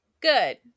good